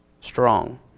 strong